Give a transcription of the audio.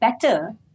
better